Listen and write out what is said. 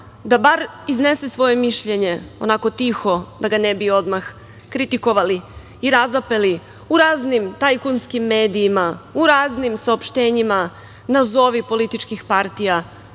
da bar iznese svoje mišljenje, onako tiho, da ga ne bi odmah kritikovali i razapeli u raznim tajkunskim medijima, u raznim saopštenjima nazovi političkih partija,